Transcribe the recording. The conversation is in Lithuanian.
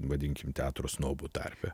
vadinkim teatro snobų tarpe